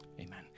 Amen